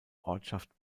ortschaft